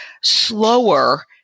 slower